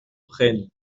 prenne